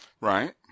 right